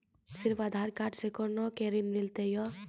सिर्फ आधार कार्ड से कोना के ऋण मिलते यो?